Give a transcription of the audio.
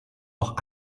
auch